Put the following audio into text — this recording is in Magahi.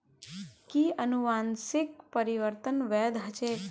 कि अनुवंशिक परिवर्तन वैध ह छेक